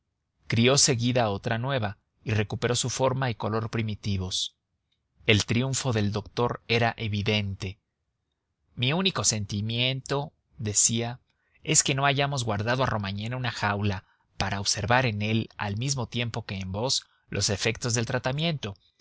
crió seguida otra nueva y recuperó su forma y color primitivos el triunfo del doctor era evidente mi único sentimiento decía es que no hayamos guardado a romagné en una jaula para observar en él al mismo tiempo que en vos los efectos del tratamiento